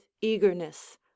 eagerness